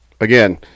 again